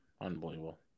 unbelievable